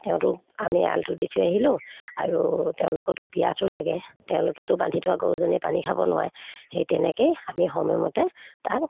তেওঁতো আমি আলটো দি থৈ আহিলোঁ আৰু তেওঁলোকৰতো পিয়াহতো লাগে তেওঁলোকেতো বান্ধি থোৱা গৰুজনীয়ে পানী খাব নোৱাৰে সেই তেনেকেই আমি সময়মতে তাক